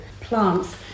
plants